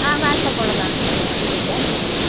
ആ വാട്ട്സപ്പ് ഉള്ളതാണ് ആ ഇതിൻ്റെ